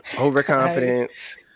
Overconfidence